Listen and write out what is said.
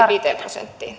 viiteen prosenttiin